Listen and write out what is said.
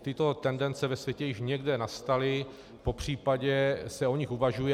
Tyto tendence ve světě již někde nastaly, popřípadě se o nich uvažuje.